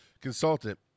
consultant